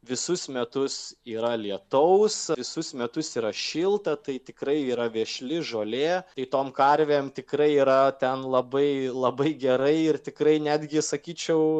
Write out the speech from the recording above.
visus metus yra lietaus visus metus yra šilta tai tikrai yra vešli žolė tai tom karvėm tikrai yra ten labai labai gerai ir tikrai netgi sakyčiau